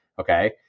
okay